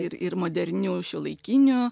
ir ir modernių šiuolaikinių